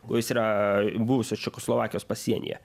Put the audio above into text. kuris yra buvusios čekoslovakijos pasienyje